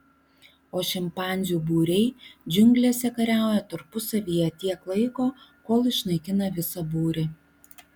o šimpanzių būriai džiunglėse kariauja tarpusavyje tiek laiko kol išnaikina visą būrį